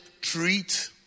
treat